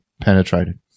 penetrated